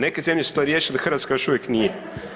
Neke zemlje su to riješile, Hrvatska još uvijek nije.